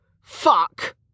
Fuck